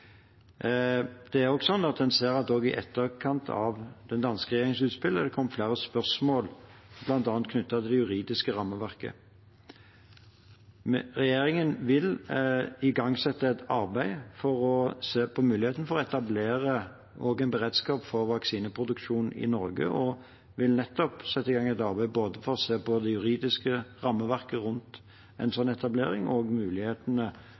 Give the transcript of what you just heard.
at det i etterkant av den danske regjeringens utspill har kommet flere spørsmål, bl.a. knyttet til det juridiske rammeverket. Regjeringen vil igangsette et arbeid for å se på muligheten for å etablere også beredskap for vaksineproduksjon i Norge og vil nettopp sette i gang et arbeid for å se på både det juridiske rammeverket rundt en slik etablering og